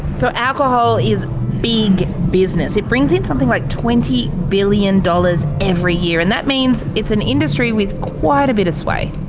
so, alcohol is big business. it brings in something like twenty billion dollars every year, and that means it's an industry with quite a bit of sway.